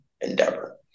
endeavor